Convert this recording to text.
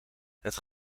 het